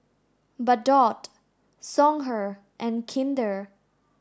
Bardot Songhe and Kinder